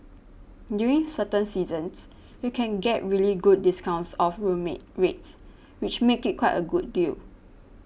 during certain seasons you can get really good discounts off room rates which make it quite a good deal